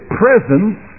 presence